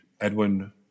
Edwin